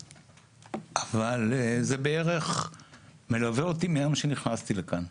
אבל זה בערך מלווה אותי מהיום שנכנסתי לכאן.